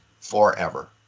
forever